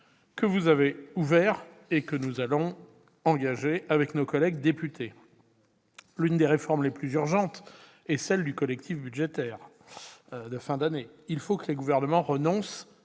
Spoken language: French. que vous avez ouvert et que nous allons engager avec nos collègues députés. L'une des réformes les plus urgentes est celle du collectif budgétaire de fin d'année. Il faut que les gouvernements renoncent